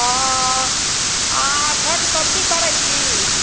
हँ अहाँ छठ पबनी करैत छी